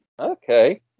Okay